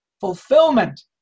fulfillment